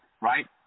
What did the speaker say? right